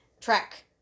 Track